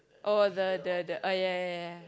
oh the the the oh ya ya ya ya